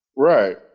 Right